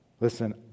listen